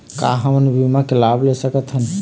का हमन बीमा के लाभ ले सकथन?